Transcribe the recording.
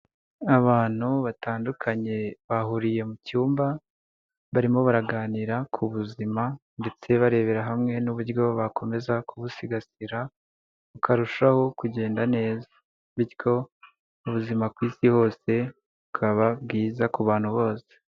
Abantu batandukanye bahuriye mu cyumba, barimo baraganira ku buzima ndetse barebera hamwe n'uburyo bakomeza kubusigasira bukarushaho kugenda neza bityo ubuzima ku isi hose bukaba bwiza ku bantu bose.